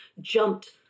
jumped